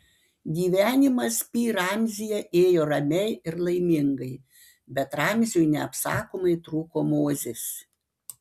gyvenimas pi ramzyje ėjo ramiai ir laimingai bet ramziui neapsakomai trūko mozės